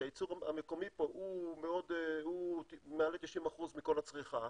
שהייצור המקומי פה מעל ל-90% מכל הצריכה,